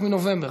רק מנובמבר,